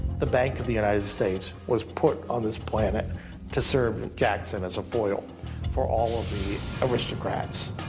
the bank of the united states was put on this planet to serve jackson as a foil for all of the aristocrats,